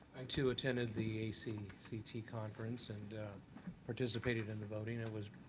i, too, attended the accc conference and participated in the voting. it was